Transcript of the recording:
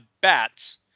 bats